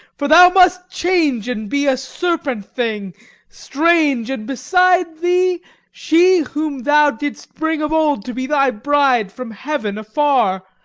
for thou must change and be a serpent thing strange, and beside thee she whom thou didst bring of old to be thy bride from heaven afar,